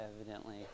evidently